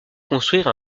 construire